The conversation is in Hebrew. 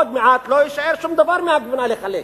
עוד מעט לא יישאר שום דבר מהגבינה לחלק.